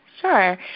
Sure